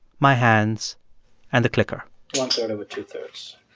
my hands and the clicker one-third over two-thirds